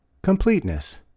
Completeness –